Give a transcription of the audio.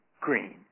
green